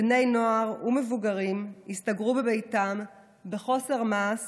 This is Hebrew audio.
בני נוער ומבוגרים הסתגרו בביתם בחוסר מעש